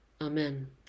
Amen